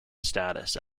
status